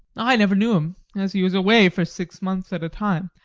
i never knew him, as he was away for six months at a time.